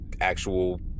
actual